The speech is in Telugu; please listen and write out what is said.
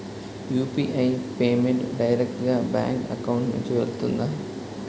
యు.పి.ఐ పేమెంట్ డైరెక్ట్ గా బ్యాంక్ అకౌంట్ నుంచి వెళ్తుందా?